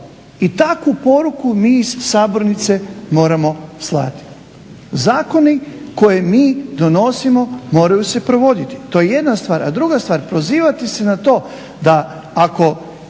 i takvu poruku mi iz sabornice moramo slati. Zakoni koje mi donosimo moraju se provoditi, to je jedna stvar, a druga stvar pozivati se na to da ako